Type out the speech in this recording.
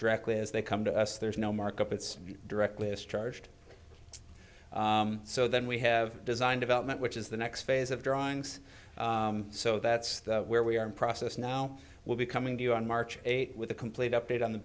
directly as they come to us there's no markup it's directly as charged so then we have design development which is the next phase of drawings so that's where we are in process now will be coming to you on march eighth with a complete update on the